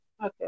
Okay